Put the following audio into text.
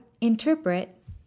interpret